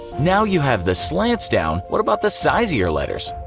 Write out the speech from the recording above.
now you have the slants down, what about the size of your letters.